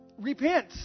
repent